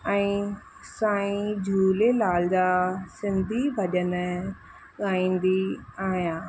ऐं साईं झूलेलाल जा सिंधी भॼन ॻाईंदी आहियां